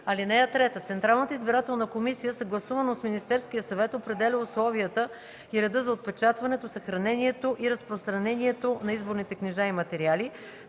(3) Централната избирателна комисия съгласувано с Министерския съвет определя условията и реда за отпечатването, съхранението и разпространението на изборните книжа и материали,